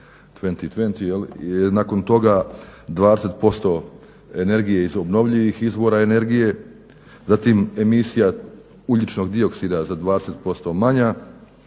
nakon toga 20% energije iz obnovljivih izvora energije, zatim emisija ugljičnog dioksida za 20% manja,